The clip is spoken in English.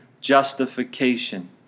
justification